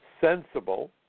sensible